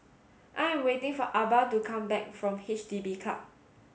I am waiting for Arba to come back from H D B Hub